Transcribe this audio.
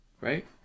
right